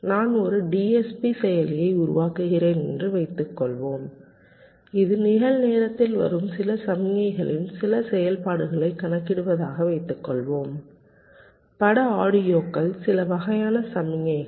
நான் ஒரு DSP செயலியை உருவாக்குகிறேன் என்று வைத்துக்கொள்வோம் இது நிகழ்நேரத்தில் வரும் சில சமிக்ஞைகளில் சில செயல்பாடுகளை கணக்கிடுவதாக வைத்துக்கொள்வோம் பட ஆடியோக்கள் சில வகையான சமிக்ஞைகள்